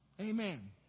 Amen